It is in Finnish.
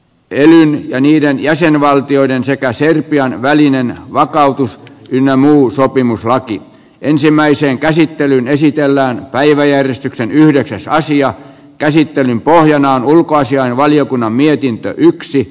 elämämme niiden jäsenvaltioiden sekä serbian välinen lakkautus ynnä muu sopimus raigin ensimmäiseen käsittelyyn esitellään päiväjärjestyksen yhdeksästä asian käsittelyn pohjanaan ulkoasiainvaliokunnan mietintö